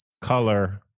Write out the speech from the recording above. Color